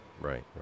Right